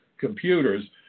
computers